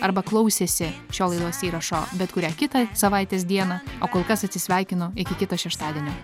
arba klausėsi šio laidos įrašo bet kurią kitą savaitės dieną o kol kas atsisveikinu iki kito šeštadienio